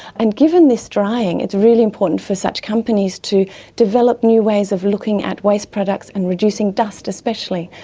and given this drying, it's really important for such companies to develop new ways of looking at waste products and reducing dust especially,